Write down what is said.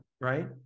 right